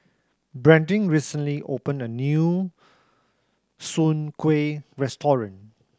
Brandin recently opened a new Soon Kuih restaurant